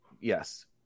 Yes